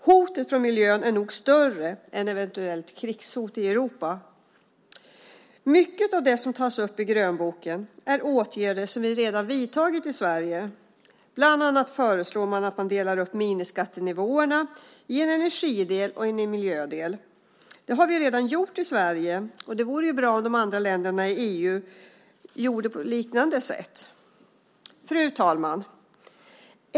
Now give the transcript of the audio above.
Hotet från miljön är nog större än ett eventuellt krigshot i Europa. Mycket av det som tas upp i grönboken är åtgärder som vi redan vidtagit i Sverige. Bland annat föreslås att man delar upp minimiskattenivåerna i en energidel och en miljödel. Det har vi redan gjort i Sverige, och det vore bra om övriga länder i EU gjorde på liknande sätt. Fru talman!